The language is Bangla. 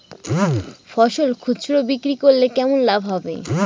ফসল খুচরো বিক্রি করলে কেমন লাভ হবে?